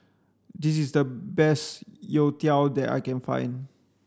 this is the best Youtiao that I can find